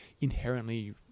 inherently